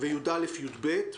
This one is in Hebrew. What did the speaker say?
ו-י"א י"ב.